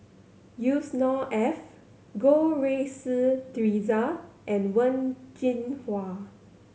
Yusnor Ef Goh Rui Si Theresa and Wen Jinhua